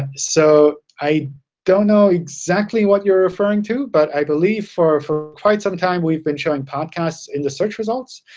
so i don't know exactly what you're referring to, but i believe for for quite some time we've been showing podcasts in the search results.